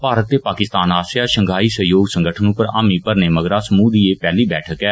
भारत ते पाकिस्तान आस्सैआ षंघाई सहयोग संगठन पर हामी भरने मगरा समूह दी एह पैहली बैठक ऐ